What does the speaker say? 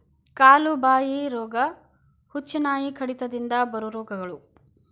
ಕಾಲು ಬಾಯಿ ರೋಗಾ, ಹುಚ್ಚುನಾಯಿ ಕಡಿತದಿಂದ ಬರು ರೋಗಗಳು